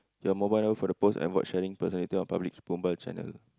your mobile number for the post avoid sharing personality or public channel